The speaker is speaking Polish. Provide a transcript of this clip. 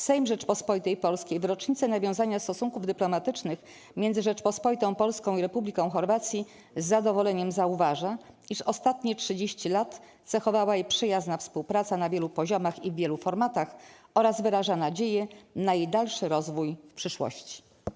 Sejm Rzeczypospolitej Polskiej w rocznicę nawiązania stosunków dyplomatycznych między Rzecząpospolitą Polską i Republiką Chorwacji z zadowoleniem zauważa, iż ostatnie 30 lat cechowała przyjazna współpraca na wielu poziomach i w wielu formatach, oraz wyraża nadzieję na jej dalszy rozwój w przyszłości˝